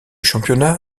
championnat